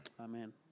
Amen